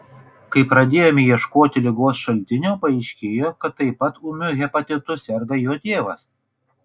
kai pradėjome ieškoti ligos šaltinio paaiškėjo kad taip pat ūmiu hepatitu serga jo tėvas